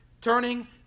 turning